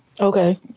Okay